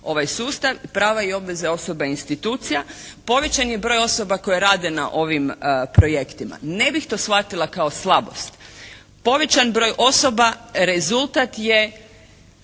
ovaj sustav, prava i obveze osoba i institucija. Povećan je broj osoba koje rade na ovim projektima. Ne bih to shvatila kao slabost. Povećan broj osoba rezultat je